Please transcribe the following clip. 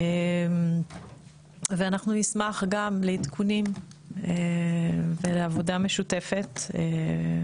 אנחנו נשמח גם לעדכונים ולעבודה משותפת גם